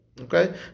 Okay